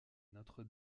notre